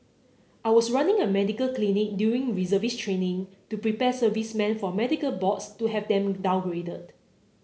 I was running a medical clinic during reservist training to prepare servicemen for medical boards to have them downgraded